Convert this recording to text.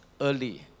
early